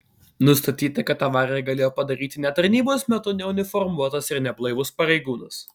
nustatyta kad avariją galėjo padaryti ne tarnybos metu neuniformuotas ir neblaivus pareigūnas